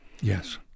Yes